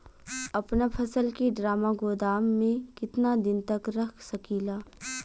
अपना फसल की ड्रामा गोदाम में कितना दिन तक रख सकीला?